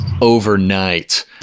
overnight